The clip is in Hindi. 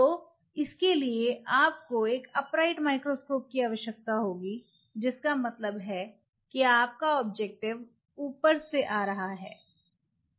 तो इसके लिए आपको एक अपराइट माइक्रोस्कोप की आवश्यकता होगी जिसका मतलब है कि आपका ऑब्जेक्टिव ऊपर से आ रहा है